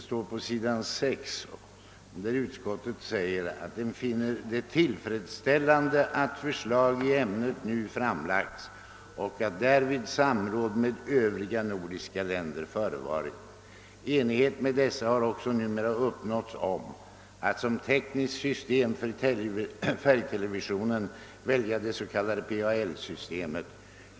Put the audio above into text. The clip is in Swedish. På s. 6 heter det att utskottet finner »det tillfredsställande att förslag i ämnet nu framlagts och att därvid samråd med övriga nordiska länder förevarit. Enighet med dessa har också numera uppnåtts om att som tekniskt system för färgtelevisionen välja det s.k. PAL-systemet.